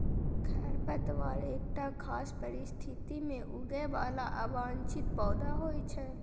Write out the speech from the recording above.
खरपतवार एकटा खास परिस्थिति मे उगय बला अवांछित पौधा होइ छै